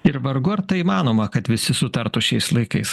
ir vargu ar tai įmanoma kad visi sutartų šiais laikais